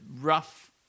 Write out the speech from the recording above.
rough